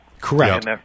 Correct